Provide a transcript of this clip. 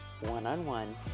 one-on-one